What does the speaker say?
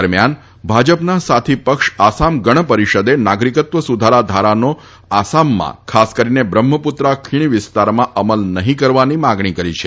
દરમિયાન ભાજપના સાથી પક્ષ આસામ ગણપરિષદે નાગરિકત્વ સુધારા ધારાનો આસામમાં ખાસ કરીને બ્રહ્મપુત્રા ખીણ વિસ્તારમાં અમલ નહીં કરવાની માંગણી કરી છે